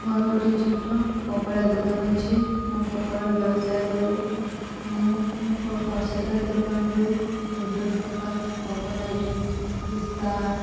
ମୋର ଗୋଟେ ଛୋଟ କପଡ଼ା ଦୋକାନ ଅଛି ମୁଁ କପଡ଼ା ବ୍ୟବସାୟ କରେ ମୁଁ ହୋଲ୍ସେଲର୍ ଦୋକାନରୁ ବିଭିନ୍ନ ପ୍ରକାର କପଡ଼ା ଯେମିତିକି ସାର୍ଟ